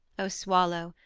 o swallow,